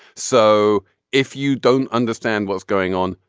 so if you don't understand what's going on.